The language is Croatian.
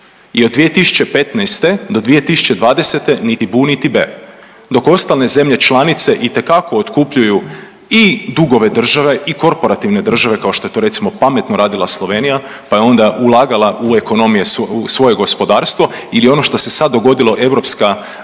i od 2015. do 2020. niti bu, niti be dok ostale zemlje članice itekako otkupljuju i dugove države i korporativne države kao što je to recimo pametno radila Slovenija, pa je onda ulagala u ekonomije u svoje gospodarstvo ili ono što se sad dogodilo Europska